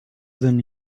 than